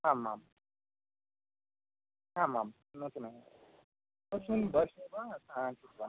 आम् आम् आम् आम् किमपि न तस्मिन्